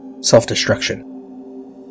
self-destruction